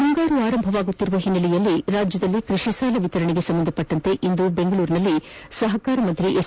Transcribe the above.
ಮುಂಗಾರು ಆರಂಭವಾಗುತ್ತಿರುವ ಹಿನ್ನೆಲೆಯಲ್ಲಿ ರಾಜ್ಯದಲ್ಲಿ ಕೃಷಿ ಸಾಲ ವಿತರಣೆಗೆ ಸಂಬಂಧಿಸಿದಂತೆ ಇಂದು ಬೆಂಗಳೂರಿನಲ್ಲಿ ಸಹಕಾರ ಸಚಿವ ಎಸ್